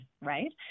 right